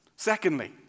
Secondly